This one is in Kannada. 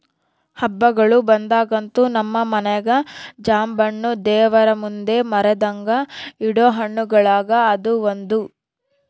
ಹಬ್ಬಗಳು ಬಂದಾಗಂತೂ ನಮ್ಮ ಮನೆಗ ಜಾಂಬೆಣ್ಣು ದೇವರಮುಂದೆ ಮರೆದಂಗ ಇಡೊ ಹಣ್ಣುಗಳುಗ ಅದು ಒಂದು